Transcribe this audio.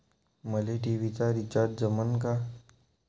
मले टी.व्ही चा रिचार्ज करन जमन का?